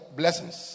blessings